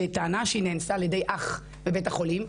שטענה שהיא נאנסה על ידי אח בבית החולים.